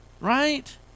Right